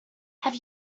have